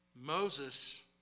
Moses